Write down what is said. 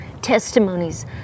testimonies